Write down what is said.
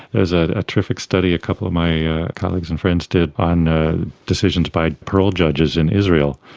there's ah a traffic study a couple of my colleagues and friends did on decisions by parole judges in israel.